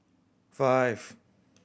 five